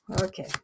okay